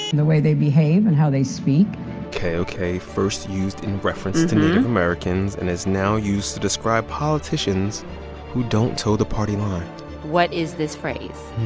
the way they behave and how they speak ok. ok. first used in reference to native americans and is now used to describe politicians who don't toe the party line what is this phrase?